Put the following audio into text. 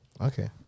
Okay